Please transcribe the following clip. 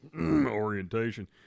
orientation